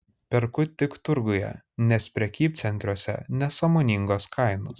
perku tik turguje nes prekybcentriuose nesąmoningos kainos